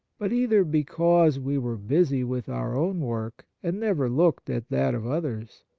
but either because we were busy with our own work, and never looked at that of others,